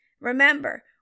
remember